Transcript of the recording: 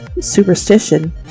superstition